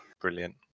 Brilliant